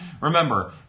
Remember